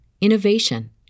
innovation